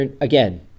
again